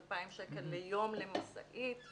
2,000 שקלים ליום למשאית,